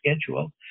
schedule